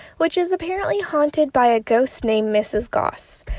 which is apparently haunted by a ghost named mrs. goss.